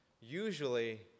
usually